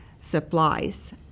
supplies